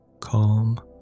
Calm